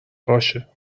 باشه